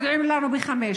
מודיעים לנו שב-17:00.